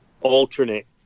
alternate